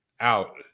out